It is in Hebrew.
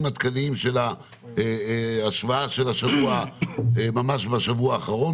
עדכניים של השוואה ממש מהשבוע האחרון,